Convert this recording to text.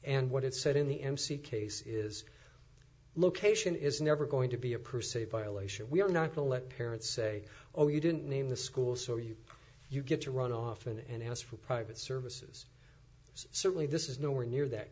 and what it said in the mc case is location is never going to be a per se violation we are not to let parents say oh you didn't name the schools or you you get to run off and asked for private services certainly this is nowhere near that